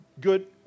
Good